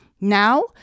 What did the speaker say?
Now